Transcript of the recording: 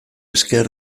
esker